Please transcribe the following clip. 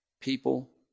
people